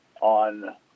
on